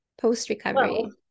post-recovery